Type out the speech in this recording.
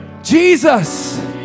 jesus